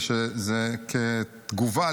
שזה כתגובה,